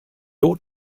ought